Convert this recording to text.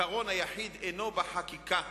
הפתרון היחיד אינו בחקיקה